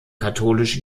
katholisch